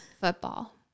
Football